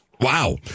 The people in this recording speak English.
Wow